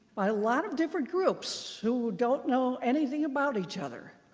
by a lot of different groups, who don't know anything about each other,